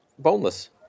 Boneless